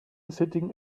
sitting